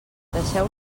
deixeu